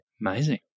Amazing